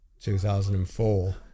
2004